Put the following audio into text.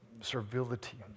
servility